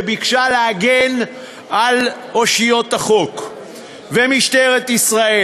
שביקשה להגן על אושיות החוק ומשטרת ישראל.